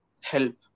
help